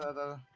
ah the